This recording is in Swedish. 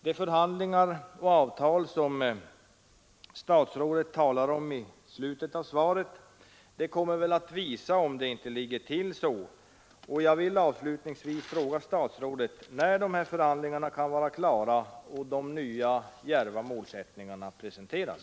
De förhandlingar om avtal som statsrådet talar om i slutet av svaret kommer väl att visa om det inte ligger till så, och jag vill avslutningsvis fråga statsrådet när dessa förhandlingar kan vara klara och de nya djärva målsättningarna presenteras.